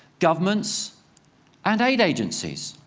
governments and aid agencies.